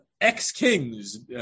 Ex-kings